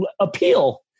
appeal